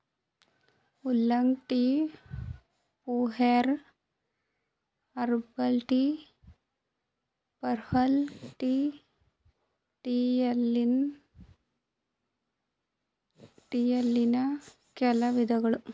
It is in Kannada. oolong tea, pu erh, herbal tea, purple tea ಟೀಯಲ್ಲಿನ್ ಕೆಲ ವಿಧಗಳು